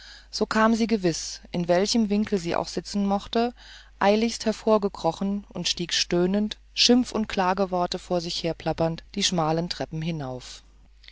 so kam sie gewiß in welchem winkel sie auch sitzen mochte eiligst hervorgekrochen und stieg stöhnend schimpf und klageworte vor sich herplappernd die schmalen treppen hinauf